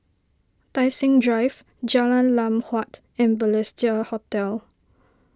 Tai Seng Drive Jalan Lam Huat and Balestier Hotel